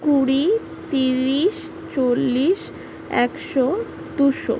কুড়ি তিরিশ চল্লিশ একশো দুশো